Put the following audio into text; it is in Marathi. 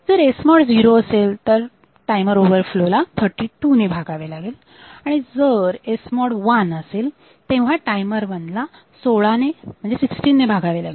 जर SMOD 0 असेल तेव्हा टायमर ओव्हर फ्लो ला 32 ने भागावे लागेल आणि जर SMOD 1 असेल तेव्हा टायमर वन ला सोळा ने भागावे लागेल